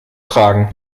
tragen